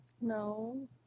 No